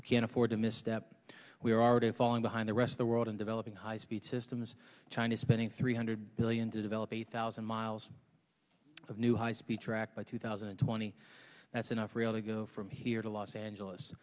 we can afford to misstep we are already falling behind the rest of the world in developing high speed systems china is spending three hundred billion to develop a thousand miles of new high speed track by two thousand and twenty that's enough rail to go from here to los angeles